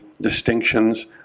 distinctions